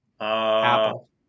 Apple